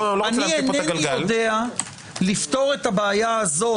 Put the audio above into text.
איני יודע לפתור את בעיה הזו